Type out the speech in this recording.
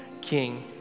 king